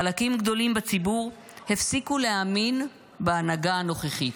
חלקים גדולים בציבור הפסיקו להאמין בהנהגה הנוכחית,